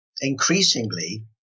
increasingly